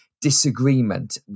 disagreement